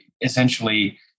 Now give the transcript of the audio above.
essentially